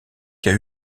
cas